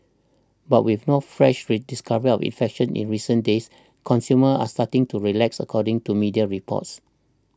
but with no fresh discoveries of infections in recent days consumers are starting to relax according to media reports